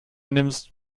nimmst